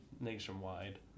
nationwide